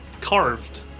carved